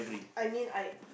I mean I